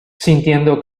sintiendo